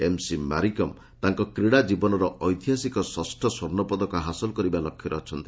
MC Mary Kom ତାଙ୍କ କ୍ରୀଡ଼ା ଜୀବନର ଐତିହାସିକ ଷଷ୍ଠ ସ୍ପର୍ଣ୍ଣ ପଦକ ହାସଲ କରିବା ଲକ୍ଷ୍ୟରେ ଅଛନ୍ତି